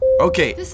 Okay